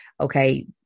Okay